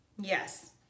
Yes